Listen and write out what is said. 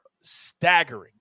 staggering